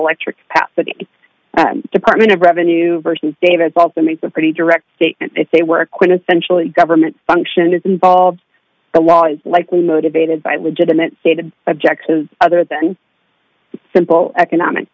electric path but the department of revenue versus davis also makes a pretty direct statement that they were a quintessential government function is involved the law is likely motivated by legitimate stated objectives other than simple economic